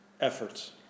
efforts